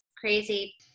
crazy